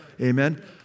Amen